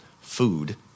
food